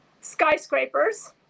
skyscrapers